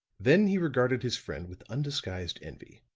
then he regarded his friend with undisguised envy.